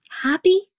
Happy